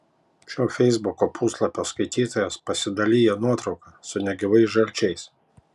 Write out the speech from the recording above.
šio feisbuko puslapio skaitytojas pasidalijo nuotrauka su negyvais žalčiais